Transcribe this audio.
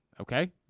Okay